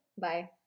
Bye